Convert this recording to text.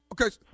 Okay